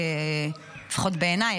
לפחות בעיניי,